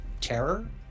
terror